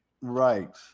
right